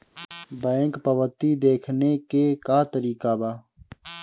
Bank पवती देखने के का तरीका बा?